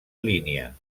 línia